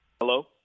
Hello